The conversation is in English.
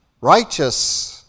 righteous